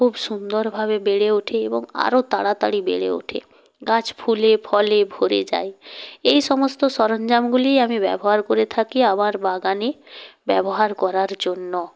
খুব সুন্দরভাবে বেড়ে ওঠে এবং আরও তাড়াতাড়ি বেড়ে ওঠে গাছ ফুলে ফলে ভরে যায় এই সমস্ত সরঞ্জামগুলিই আমি ব্যবহার করে থাকি আমার বাগানে ব্যবহার করার জন্য